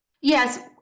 Yes